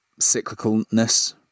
cyclicalness